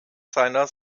seiner